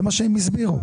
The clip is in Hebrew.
זה מה שהם הסבירו.